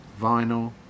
vinyl